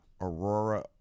Aurora